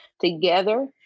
together